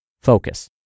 focus